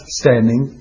standing